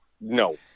no